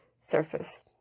surface